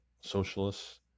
socialists